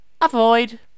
Avoid